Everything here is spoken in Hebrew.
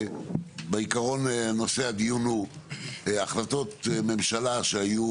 בעיקרון נושא הדיון הוא החלטות ממשלה שהיו